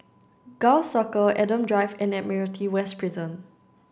Gul Circle Adam Drive and Admiralty West Prison